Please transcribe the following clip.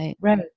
Right